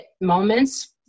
moments